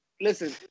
Listen